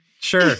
sure